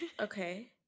okay